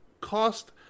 cost